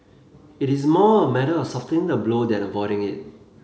it is more a matter of softening the blow than avoiding it